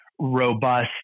robust